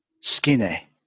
skinny